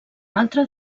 altre